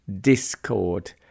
discord